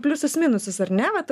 pliusus minusus ar ne vat